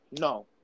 No